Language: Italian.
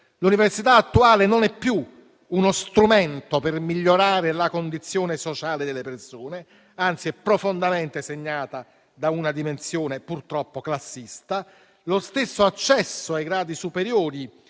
L'università attuale non è più uno strumento per migliorare la condizione sociale delle persone, anzi, purtroppo è profondamente segnata da una dimensione classista; lo stesso accesso ai gradi superiori